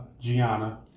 Gianna